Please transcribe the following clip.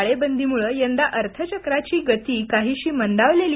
टाळेबंदीमुळं यंदा अर्थचक्राची गती काहीशी मंदावली